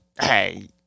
hey